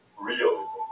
realism